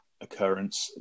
occurrence